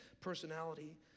personality